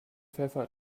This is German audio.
pfeffer